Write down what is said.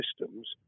systems